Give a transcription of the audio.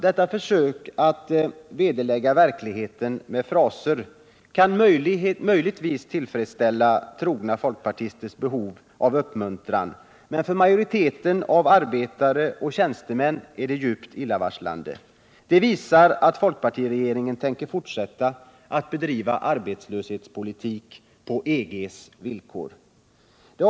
Detta försök att dölja verkligheten med fraser kan möjligen tillfredsställa trogna folkpartisters behov av uppmuntran. För majoriteten av arbetare och tjänstemän är det djupt illavarslande. Det visar att folkpartiregeringen tänker fortsätta att bedriva arbetslöshetspolitik på EG:s villkor.